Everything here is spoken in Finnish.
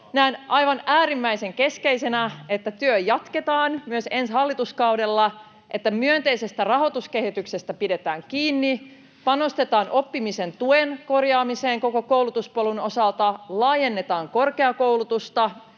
Näen aivan äärimmäisen keskeisenä, että työtä jatketaan myös ensi hallituskaudella, että myönteisestä rahoituskehityksestä pidetään kiinni, panostetaan oppimisen tuen korjaamiseen koko koulutuspolun osalta, laajennetaan korkeakoulutusta